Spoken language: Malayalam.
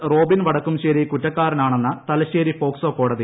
റോബിൻ വടക്കുംചേരി കുറ്റക്കാരനെന്ന് തലശ്ശേരി പോക്സോ കോടതി